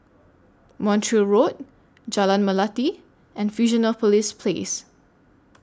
Montreal Road Jalan Melati and Fusionopolis Place